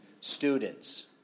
students